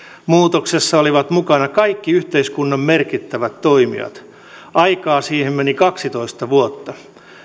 muutoksessa olivat mukana kaikki yhteiskunnan merkittävät toimijat aikaa siihen meni kaksitoista vuotta